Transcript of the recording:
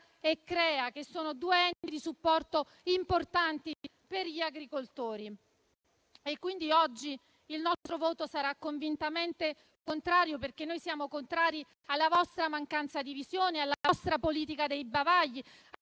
e CREA, che sono due enti di supporto importanti per gli agricoltori. Oggi il nostro voto sarà convintamente contrario, perché siamo contrari alla vostra mancanza di visione, alla vostra politica dei bavagli,